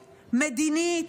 מדינית,